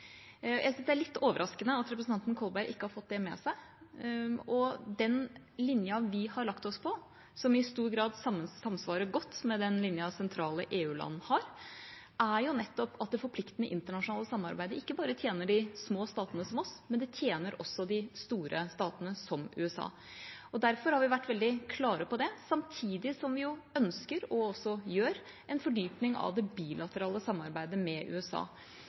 Det er litt overraskende at representanten Kolberg ikke har fått det med seg. Den linja vi har lagt oss på, som i stor grad samsvarer godt med den linja sentrale EU-land har, er jo nettopp at det forpliktende internasjonale samarbeidet ikke bare tjener de små statene – som oss – det tjener også de store statene, som USA. Derfor har vi vært veldig klare på det, samtidig som vi ønsker, og også gjør, en fordypning av det bilaterale samarbeidet med USA.